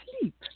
sleep